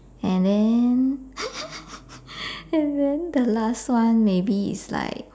and then and then the last one maybe is like